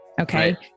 okay